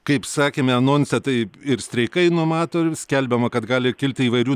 kaip sakėme anonse taip ir streikai numato ir skelbiama kad gali kilti įvairių